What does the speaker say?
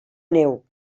neu